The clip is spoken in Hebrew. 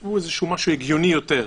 שעשו משהו הגיוני יותר.